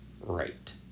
right